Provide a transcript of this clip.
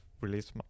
release